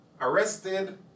arrested